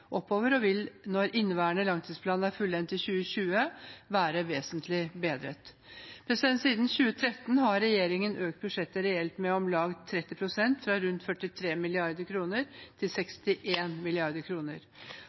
oppover og vil, når inneværende langtidsplan er fullendt i 2020, være vesentlig bedret. Siden 2013 har regjeringen økt budsjettet reelt med om lag 30 pst., fra rundt 43 mrd. kr til